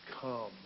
Come